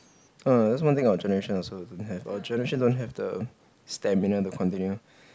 err that's one thing our generation also don't have our generation don't have the stamina to continue